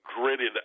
gritted